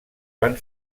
van